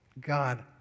God